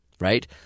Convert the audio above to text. right